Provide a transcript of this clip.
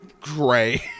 gray